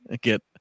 get